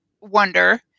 wonder